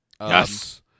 Yes